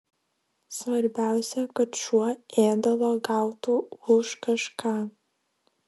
svarbiausia kad šuo ėdalo gautų už kažką